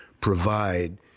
provide